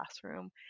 classroom